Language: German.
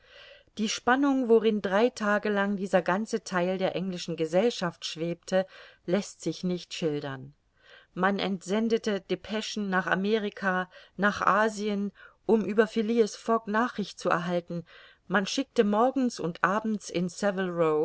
die spannung worin drei tage lang dieser ganze theil der englischen gesellschaft schwebte läßt sich nicht schildern man entsendete depeschen nach amerika nach asien um über phileas fogg nachricht zu erhalten man schickte morgens und abends in